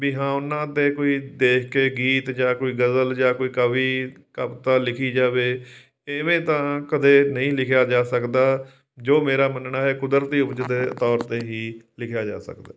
ਵੀ ਹਾਂ ਉਹਨਾਂ 'ਤੇ ਕੋਈ ਦੇਖ ਕੇ ਗੀਤ ਜਾਂ ਕੋਈ ਗਜ਼ਲ ਜਾਂ ਕੋਈ ਕਵੀ ਕਵਿਤਾ ਲਿਖੀ ਜਾਵੇ ਇਵੇਂ ਤਾਂ ਕਦੇ ਨਹੀਂ ਲਿਖਿਆ ਜਾ ਸਕਦਾ ਜੋ ਮੇਰਾ ਮੰਨਣਾ ਹੈ ਕੁਦਰਤੀ ਉਪਜ ਦੇ ਤੌਰ 'ਤੇ ਹੀ ਲਿਖਿਆ ਜਾ ਸਕਦਾ